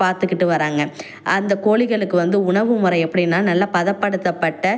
பார்த்துக்கிட்டு வராங்கள் அந்த கோழிகளுக்கு வந்து உணவு முறை எப்படின்னா நல்லா பதப்படுத்தப்பட்ட